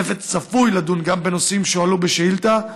הצוות אמור לדון גם בנושאים שהועלו בשאילתה,